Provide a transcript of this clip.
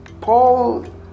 Paul